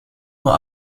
uhr